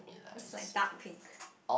it's like dark pink